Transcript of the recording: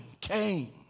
came